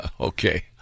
Okay